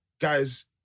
guys